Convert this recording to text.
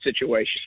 situation